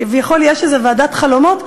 כביכול יש ועדת חלומות,